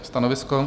Stanovisko?